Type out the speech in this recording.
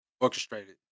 orchestrated